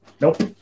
Nope